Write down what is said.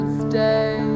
stay